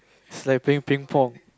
it's like playing Ping-Pong